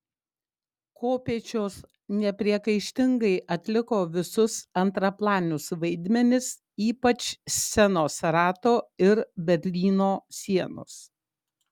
kopėčios nepriekaištingai atliko visus antraplanius vaidmenis ypač scenos rato ir berlyno sienos